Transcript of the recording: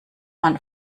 man